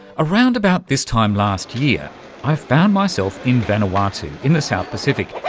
around about this time last year i found myself in vanuatu, in the south pacific.